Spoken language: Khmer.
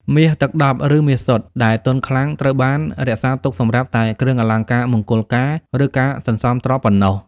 មាសទឹកដប់ (ឬ មាសសុទ្ធ) ដែលទន់ខ្លាំង ត្រូវបានរក្សាទុកសម្រាប់តែគ្រឿងអលង្ការមង្គលការ ឬការសន្សំទ្រព្យប៉ុណ្ណោះ។